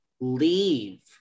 leave